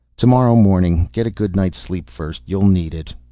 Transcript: tomorrow morning. get a good night's sleep first. you'll need it.